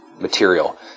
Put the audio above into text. material